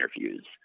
interviews